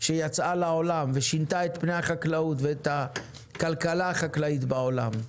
ששינתה את פני החקלאות והכלכלה החקלאית בעולם.